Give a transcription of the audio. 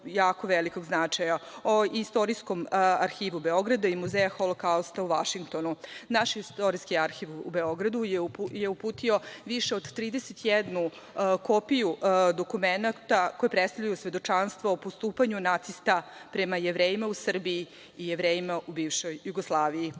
jako velikog značaja, o istorijskom arhivu Beograda i muzeja Holokausta u Vašingtonu. Naš Istorijski arhiv u Beogradu je uputio više od 31 kopiju dokumenata koje predstavljaju svedočanstvo o postupanju nacista prema Jevrejima u Srbiji i Jevrejima u bivšoj Jugoslaviji. Na